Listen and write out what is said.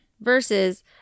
versus